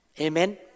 Amen